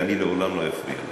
ואני לעולם לא אפריע לך.